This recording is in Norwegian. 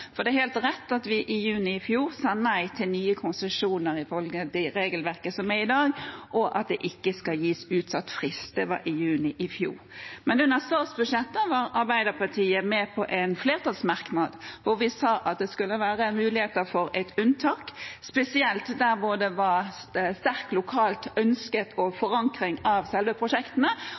Det er helt rett at vi i juni i fjor sa nei til nye konsesjoner innenfor det regelverket som er i dag, og at det ikke skal gis utsatt frist. Det var i juni i fjor. Men under statsbudsjettet var Arbeiderpartiet med på en flertallsmerknad hvor vi sa at det skulle være muligheter for et unntak, spesielt der hvor det var et sterkt lokalt ønske og en forankring av